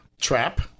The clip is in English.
trap